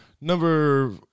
number